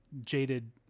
jaded